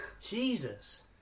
Jesus